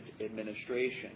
administration